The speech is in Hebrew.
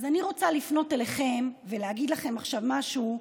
אז אני רוצה לפנות אליכם ולהגיד לכם עכשיו משהו,